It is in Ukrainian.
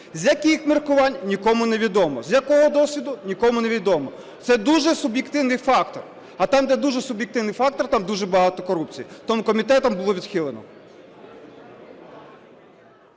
З яких міркувань – нікому невідомо, з якого досвіду – нікому невідомо. Це дуже суб'єктивний фактор. А там, де дуже суб'єктивний фактор, там дуже багато корупції. Тому комітетом було відхилено.